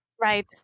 Right